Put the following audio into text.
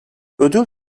ödül